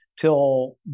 till